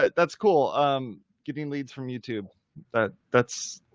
but that's cool. i'm getting leads from youtube that that's,